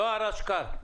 זהר אשכר,